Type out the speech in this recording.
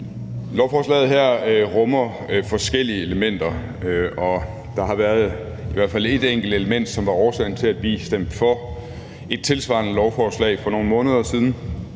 Lovforslaget her rummer forskellige elementer, og der er i hvert fald et enkelt element, som var årsagen til, at vi stemte for et tilsvarende lovforslag for nogle måneder siden,